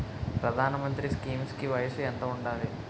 ప్రధాన మంత్రి స్కీమ్స్ కి వయసు ఎంత ఉండాలి?